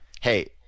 Hey